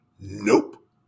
Nope